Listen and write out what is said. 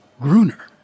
Gruner